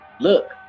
look